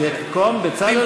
במקום בצלאל?